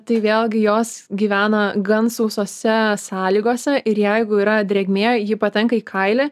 tai vėlgi jos gyvena gan sausose sąlygose ir jeigu yra drėgmė ji patenka į kailį